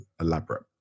elaborate